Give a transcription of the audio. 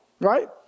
right